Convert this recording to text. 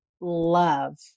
love